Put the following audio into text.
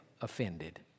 offended